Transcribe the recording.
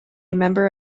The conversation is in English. member